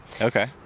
okay